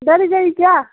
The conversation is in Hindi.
डर गई क्या